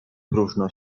próżno